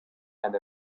and